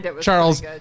Charles